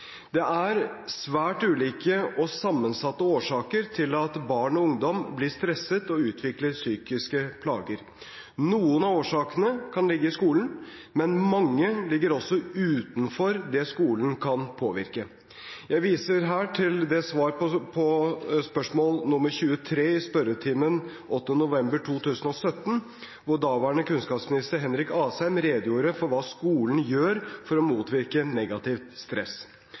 Det er svært ulike og sammensatte årsaker til at barn og ungdom blir stresset og utvikler psykiske plager. Noen av årsakene kan ligge i skolen, men mange ligger også utenfor det skolen kan påvirke. Jeg viser her til svar på spørsmål 23 i spørretimen 8. november 2017, hvor daværende kunnskapsminister Henrik Asheim redegjorde for hva skolen gjør for å motvirke negativt stress.